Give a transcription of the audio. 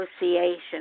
association